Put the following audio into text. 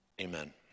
amen